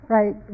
Right